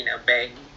mm